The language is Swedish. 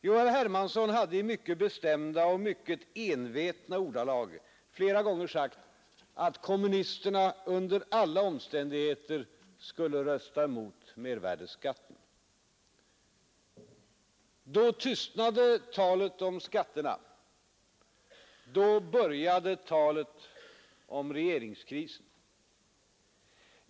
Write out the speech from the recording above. Jo, herr Hermansson hade i mycket bestämda och mycket envetna ordalag flera gånger sagt att kommunisterna under alla omständigheter skulle rösta emot mervärdeskatten. Då tystnade talet om skatterna, då började talet om regeringskrisen.